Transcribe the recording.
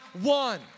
one